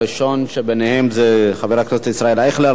הראשון ביניהם הוא חבר הכנסת ישראל אייכלר,